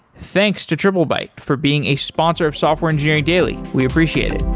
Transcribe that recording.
thanks to triplebyte for being a sponsor of software engineering daily. we appreciate it.